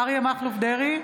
אריה מכלוף דרעי,